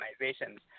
organizations